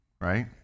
right